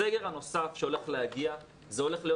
הסגר הנוסף שהולך להגיע זה הולך להיות